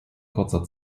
kurzer